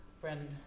friend